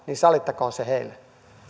niin sallittakoon se heille